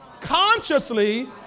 consciously